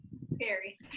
Scary